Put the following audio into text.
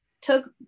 took